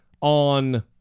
on